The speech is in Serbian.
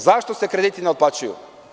Zašto se krediti ne otplaćuju?